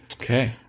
Okay